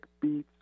beats